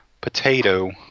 potato